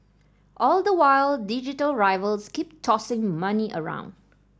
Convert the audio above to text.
all the while digital rivals keep tossing money around